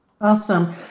awesome